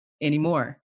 anymore